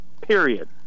Period